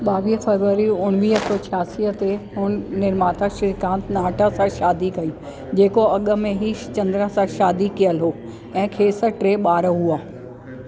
ॿावीह फरवरी उणिवीह सौ छियासीअ ते हुन निर्माता श्रीकांत नाहटा सां शादी कई जेको अॻु में ई चंद्रा सां शादी कयल हो ऐं ख़ेसि टे ॿार हुआ